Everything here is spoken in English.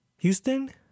Houston